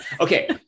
Okay